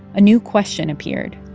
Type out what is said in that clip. a new question appeared,